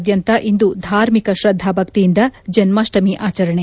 ದೇಶಾದ್ಯಂತ ಇಂದು ಧಾರ್ಮಿಕ ಶ್ರದ್ದಾಭಕ್ತಿಯಿಂದ ಜನ್ನಾಷ್ಟಮಿ ಆಚರಣೆ